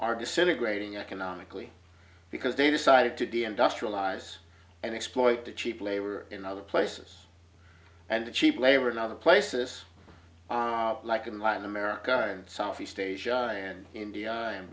are disintegrating economically because they decided to d m duster allies and exploit the cheap labor in other places and to cheap labor in other places like in latin america in southeast asia and india and